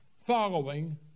following